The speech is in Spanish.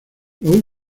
los